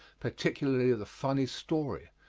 particularly the funny story,